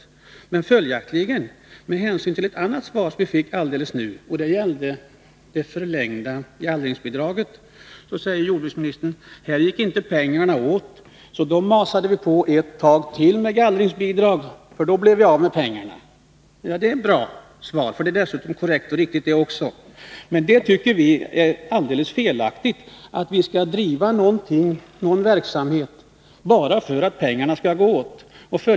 Om förlängningen när det gäller gallringsbidraget sade jordbruksministern nyss att pengarna inte gick åt. Vi ”masade” därför på ett tag till med gallringsbidrag. Så blev vi av med pengarna. Det är ett bra svar. Dessutom är det korrekt. Vi för vår del tycker emellertid att det är alldeles felaktigt att driva en verksamhet bara för att pengarna skall gå åt.